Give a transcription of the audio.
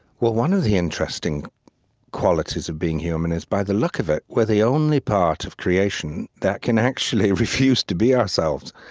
one of the interesting qualities of being human is, by the look of it, we're the only part of creation that can actually refuse to be ourselves.